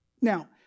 Now